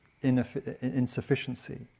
insufficiency